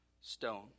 stone